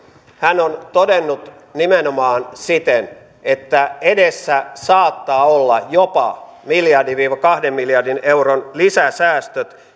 hän on todennut nimenomaan siten että edessä saattaa olla jopa yhden viiva kahden miljardin euron lisäsäästöt